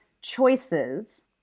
choices